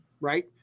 right